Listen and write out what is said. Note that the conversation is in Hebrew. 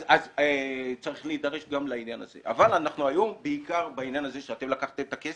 בדיון הזה אנחנו בעיקר מתעסקים בעניין הזה שאתם לקחתם את הכסף.